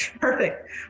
Perfect